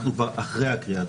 אנחנו כבר אחרי הקריאה הטרומית.